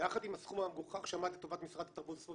יחד עם הסכום המגוחך שעמד לטובת משרד התרבות והספורט,